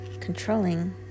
controlling